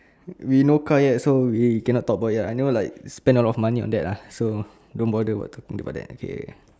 we no car yet so we cannot talk about it uh oh ya I never like spend a lot of money on that ah so don't bother about talking about that okay